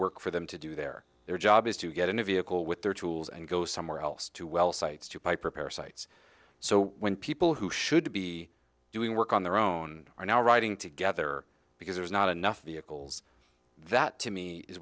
work for them to do their job is to get in a vehicle with their tools and go somewhere else to well sites to piper parasites so when people who should be doing work on their own are now riding together because there's not enough vehicles that to me is